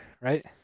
right